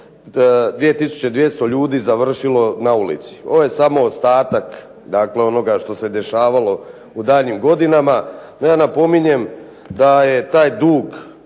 2200 ljudi završilo na ulici. Ovo je samo ostatak, dakle onoga što se dešavalo u daljnjim godinama. No, ja napominjem da je taj dug